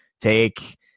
take